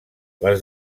les